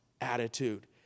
attitude